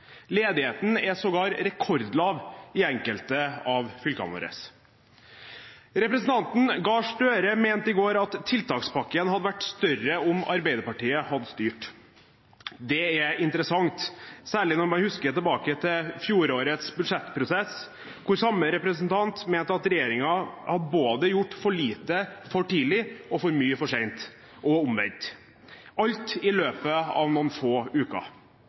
Ledigheten er sågar rekordlav i enkelte av fylkene våre. Representanten Gahr Støre mente i går at tiltakspakken hadde vært større om Arbeiderpartiet hadde styrt. Det er interessant, særlig når man husker tilbake til fjorårets budsjettprosess hvor samme representant mente at regjeringen hadde gjort både for lite for tidlig og for mye for sent og omvendt – alt i løpet av noen få uker.